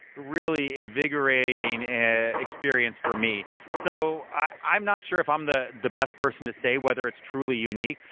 really invigorating and experience for me. so i'm not sure if i'm the the best person to say whether it's truly unique.